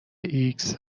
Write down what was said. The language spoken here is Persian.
ایکس